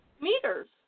meters